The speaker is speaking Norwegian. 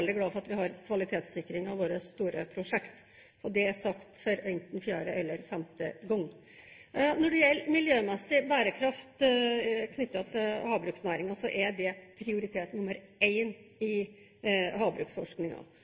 veldig glad for at vi har kvalitetssikring av våre store prosjekt – så er det sagt, for enten fjerde eller femte gang. Når det gjelder miljømessig bærekraft knyttet til havbruksnæringen, er det prioritet nr. 1 i havbruksforskningen. Så er det sånn at rundt om i